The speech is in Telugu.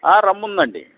ఆ రమ్ ఉందండి